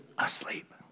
Asleep